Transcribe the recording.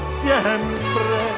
siempre